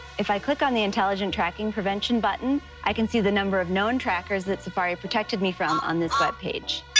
if i click on the intelligent tracking prevention button, i can see the number of known trackers that safari protected me from on this web page.